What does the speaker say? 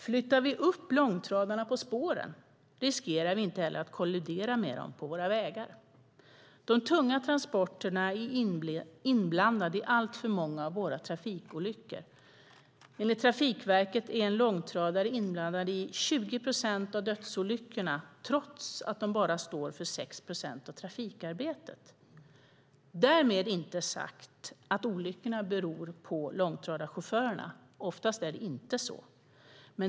Flyttar vi upp långtradarna på spåren riskerar vi inte heller att kollidera med dem på våra vägar. De tunga transporterna är inblandade i alltför många av våra trafikolyckor. Enligt Trafikverket är en långtradare inblandad i 20 procent av dödslyckorna trots att de bara står för 6 procent av trafikarbetet. Därmed inte sagt att olyckorna beror på långtradarchaufförerna - oftast är det inte så.